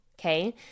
Okay